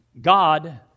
God